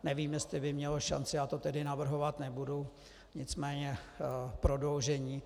Nevím, jestli by mělo šanci, já to tedy navrhovat nebudu, nicméně prodloužení.